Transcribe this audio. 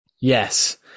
Yes